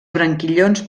branquillons